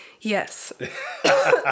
Yes